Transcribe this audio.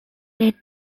led